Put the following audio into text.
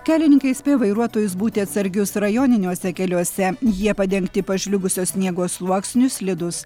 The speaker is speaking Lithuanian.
kelininkai įspėja vairuotojus būti atsargius rajoniniuose keliuose jie padengti pažliugusio sniego sluoksniu slidūs